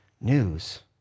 news